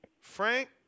Frank